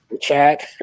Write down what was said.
Chat